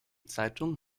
zeitung